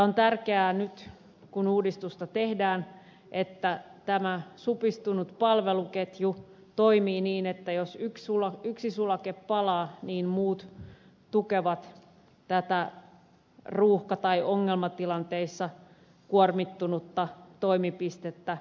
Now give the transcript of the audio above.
on tärkeää nyt kun uudistusta tehdään että tämä supistunut palveluketju toimii niin että jos yksi sulake palaa muut tukevat tätä ruuhka tai ongelmatilanteissa kuormittunutta toimipistettä saumattomasti